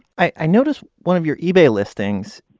i i noticed one of your ebay listings.